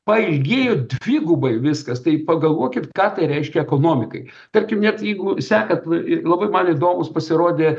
pailgėjo dvigubai viskas tai pagalvokit ką tai reiškia ekonomikai tarkim net jeigu sekat i labai man įdomūs pasirodė